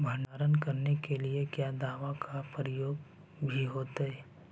भंडारन करने के लिय क्या दाबा के प्रयोग भी होयतय?